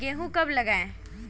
गेहूँ कब लगाएँ?